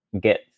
get